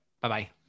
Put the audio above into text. Bye-bye